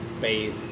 Bathe